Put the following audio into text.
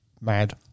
mad